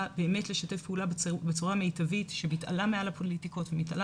באמת לשתף פעולה בצורה מיטבית שמתעלה מעל הפוליטיקות ומתעלה